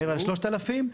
מעבר ל-3,000 --- נמצאו?